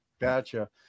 Gotcha